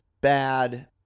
bad